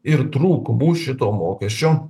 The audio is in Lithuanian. ir trūkumų šito mokesčio